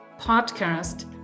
podcast